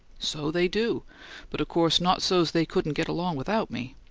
so they do but of course not so's they couldn't get along without me.